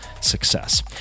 success